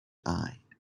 eye